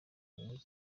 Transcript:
mijyi